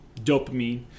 dopamine